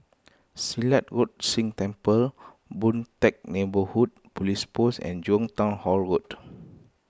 Silat Road Sikh Temple Boon Teck Neighbourhood Police Post and Jurong Town Hall Road